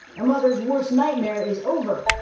a mother's worst nightmare is over,